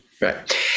right